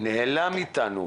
נעלם מאיתנו.